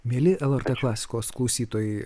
mieli lrt klasikos klausytojai